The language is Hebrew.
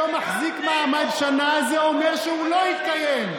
מה שלא מחזיק מעמד שנה זה אומר שהוא לא התקיים.